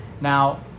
Now